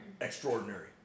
extraordinary